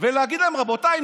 ולהגיד להם: רבותיי,